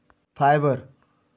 fibre